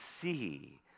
see